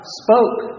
spoke